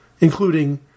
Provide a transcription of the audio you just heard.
including